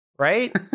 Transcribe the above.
Right